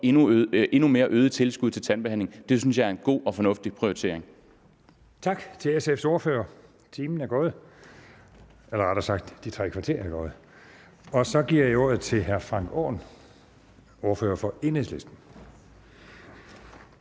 endnu mere øget tilskud til tandbehandling, og det synes jeg er en god og fornuftig prioritering. Kl. 14:55 Første næstformand (Bertel Haarder): Tak til SF's ordfører. Timen er gået, eller rettere sagt: De tre kvarter er gået. Så giver jeg ordet til hr. Frank Aaen, ordfører for Enhedslisten.